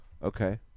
Okay